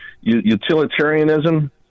utilitarianism